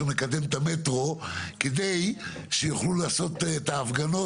מקדם את המטרו כדי שיוכלו לעשות את ההפגנות,